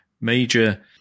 major